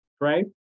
Right